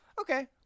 Okay